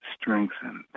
strengthened